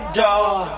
door